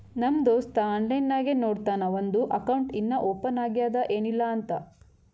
ನಮ್ ದೋಸ್ತ ಆನ್ಲೈನ್ ನಾಗೆ ನೋಡ್ತಾನ್ ಅವಂದು ಅಕೌಂಟ್ ಇನ್ನಾ ಓಪನ್ ಆಗ್ಯಾದ್ ಏನಿಲ್ಲಾ ಅಂತ್